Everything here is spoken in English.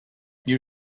you